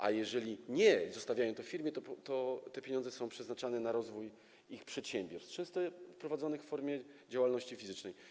A jeżeli nie, jeżeli zostawiają to w firmie, to te pieniądze są przeznaczane na rozwój ich przedsiębiorstw, często prowadzonych w formie działalności fizycznej.